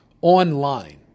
online